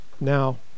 Now